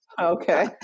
Okay